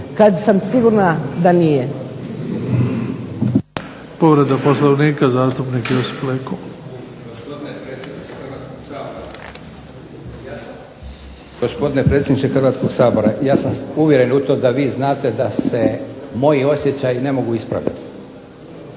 **Bebić, Luka (HDZ)** Povreda Poslovnika zastupnik Josip Leko. **Leko, Josip (SDP)** Gospodine predsjedniče Hrvatskog sabora, ja sam uvjeren u to da vi znate da se moji osjećaji ne mogu ispraviti.